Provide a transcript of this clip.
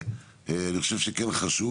איפה אתם אוחזים?